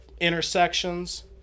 intersections